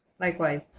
Likewise